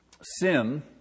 sin